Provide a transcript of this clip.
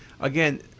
again